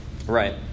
right